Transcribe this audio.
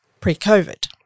pre-COVID